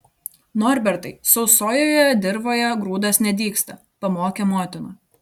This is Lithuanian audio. norbertai sausojoje dirvoje grūdas nedygsta pamokė motina